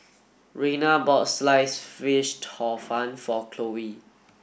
Raina bought Sliced Fish Hor Fun for Khloe